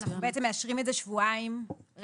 אנחנו בעצם מאשרים את זה שבועיים רטרואקטיבית.